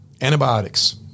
Antibiotics